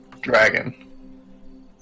dragon